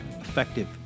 effective